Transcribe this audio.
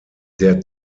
der